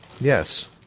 Yes